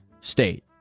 state